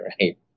right